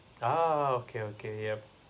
ah okay okay yup